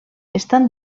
estan